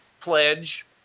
pledge